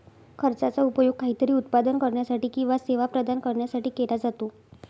खर्चाचा उपयोग काहीतरी उत्पादन करण्यासाठी किंवा सेवा प्रदान करण्यासाठी केला जातो